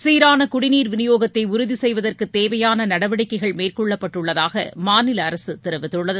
சீரானகுடிநீர் விநியோகத்தைஉறுதிசெய்வதற்குதேவையானநடவடிக்கைகள் நி மேற்கொள்ளப்பட்டுள்ளதாகமாநிலஅரசுதெரிவித்துள்ளது